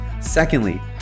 Secondly